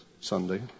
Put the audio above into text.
Sunday